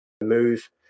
Move